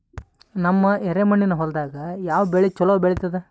ನಮ್ಮ ಎರೆಮಣ್ಣಿನ ಹೊಲದಾಗ ಯಾವ ಬೆಳಿ ಚಲೋ ಬೆಳಿತದ?